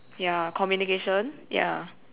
ya communication ya